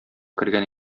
кергән